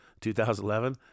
2011